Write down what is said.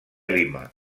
lima